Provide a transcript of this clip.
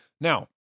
Now